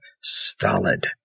stolid